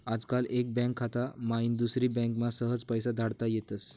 आजकाल एक बँक खाता माईन दुसरी बँकमा सहज पैसा धाडता येतस